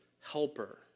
helper